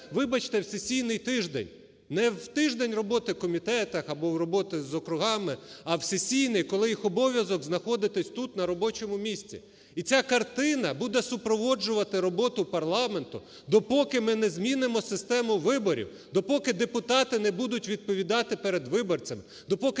вибачте, в сесійний тиждень. Не в тиждень роботи в комітетах або роботи з округами, а в сесійний, коли їх обов'язок – знаходитися тут, на робочому місці. І ця картина буде супроводжувати роботу парламенту, допоки ми не змінимо систему виборів, допоки депутати не будуть відповідати перед виборцями, до поки